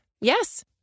Yes